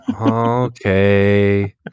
Okay